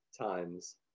times